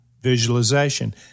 visualization